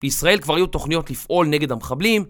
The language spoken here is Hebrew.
בישראל כבר היו תוכניות לפעול נגד המחבלים